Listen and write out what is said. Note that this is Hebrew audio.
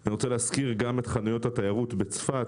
אני רוצה להזכיר גם את חנויות התיירות בצפת,